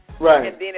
Right